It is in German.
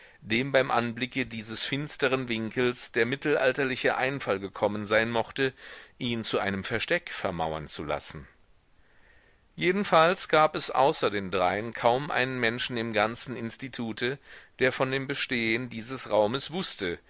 dem beim anblicke dieses finsteren winkels der mittelalterliche einfall gekommen sein mochte ihn zu einem versteck vermauern zu lassen jedenfalls gab es außer den dreien kaum einen menschen im ganzen institute der von dem bestehen dieses raumes wußte